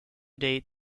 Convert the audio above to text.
date